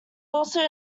also